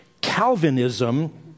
Calvinism